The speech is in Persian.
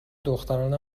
دختران